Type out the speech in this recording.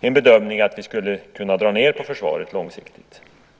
den bedömningen att vi långsiktigt skulle kunna dra ned på försvaret.